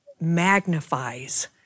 magnifies